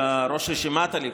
ראש רשימת הליכוד,